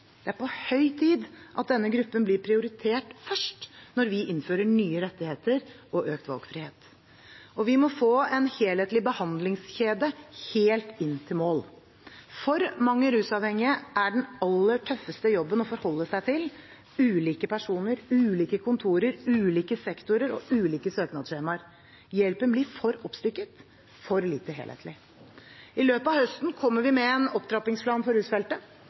Det er på høy tid at denne gruppen blir prioritert først – når vi innfører nye rettigheter og økt valgfrihet. Og vi må få en helhetlig behandlingskjede helt inn til mål. For mange rusavhengige er den aller tøffeste jobben å forholde seg til ulike personer, ulike kontorer, ulike sektorer og ulike søknadsskjemaer. Hjelpen blir for oppstykket, for lite helhetlig. I løpet av høsten kommer vi med en opptrappingsplan for rusfeltet,